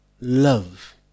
love